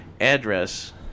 address